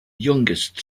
youngest